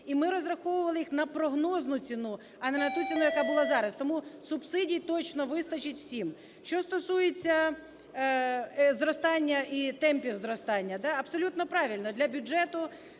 і ми розраховували їх на прогнозну ціну, а не на ту ціну, яка була зараз. Тому субсидій точно вистачить всім. Що стосується зростання і темпів зростання. Абсолютно правильно, для бюджету,